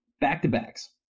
back-to-backs